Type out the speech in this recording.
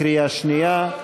בקריאה שנייה,